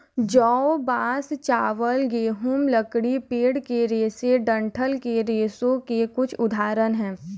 जौ, बांस, चावल, गेहूं, लकड़ी, पेड़ के रेशे डंठल के रेशों के कुछ उदाहरण हैं